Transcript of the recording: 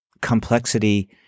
complexity